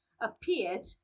appeared